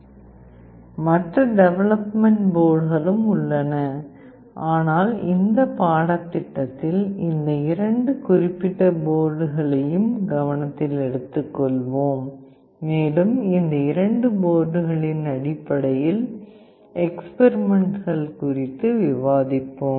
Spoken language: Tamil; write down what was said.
மற்ற டெவலப்மன்ட் போர்ட்களும் உள்ளன ஆனால் இந்த பாடத்திட்டத்தில் இந்த இரண்டு குறிப்பிட்ட போர்டுகளையும் கவனத்தில் எடுத்துக்கொள்வோம் மேலும் இந்த இரண்டு போர்டுகளின் அடிப்படையில் எக்ஸ்பெரிமெண்ட்கள் குறித்து விவாதிப்போம்